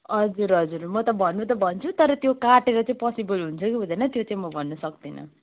हजुर हजुर म त भन्नु त भन्छु तर त्यो काटेर चाहिँ पोसिबल हुन्छ कि हुँदैन त्यो चाहिँ म भन्नु सक्दिन